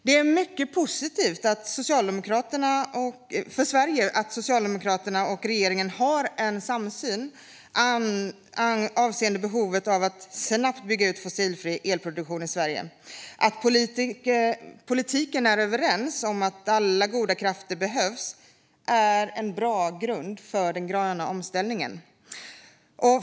Det är mycket positivt för Sverige att Socialdemokraterna och regeringen har en samsyn avseende behovet av att snabbt bygga ut fossilfri elproduktion i Sverige. Att politiken är överens om att alla goda krafter behövs är en bra grund för den gröna omställningen.